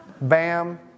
Bam